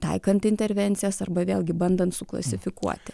taikant intervencijas arba vėlgi bandant suklasifikuoti